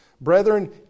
brethren